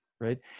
Right